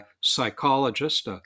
psychologist